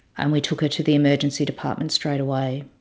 and we took her to the emergency department straight away.